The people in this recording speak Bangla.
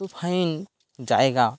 এতো ফাইন জায়গা